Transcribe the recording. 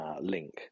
link